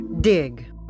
dig